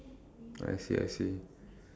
I see I see